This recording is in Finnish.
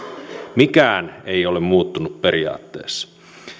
mikään ei ole muuttunut periaatteessa